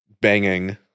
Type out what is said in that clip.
banging